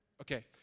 Okay